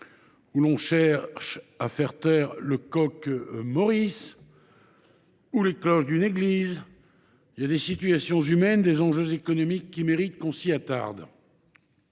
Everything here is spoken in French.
on cherche à faire taire le coq Maurice ou les cloches d’une église, il y a des situations humaines, des enjeux économiques, qui méritent que l’on s’y attarde.